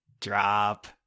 Drop